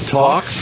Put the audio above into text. talk